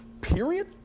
period